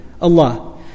Allah